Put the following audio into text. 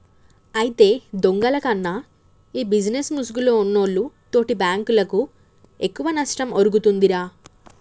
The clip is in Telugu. అయితే దొంగల కన్నా ఈ బిజినేస్ ముసుగులో ఉన్నోల్లు తోటి బాంకులకు ఎక్కువ నష్టం ఒరుగుతుందిరా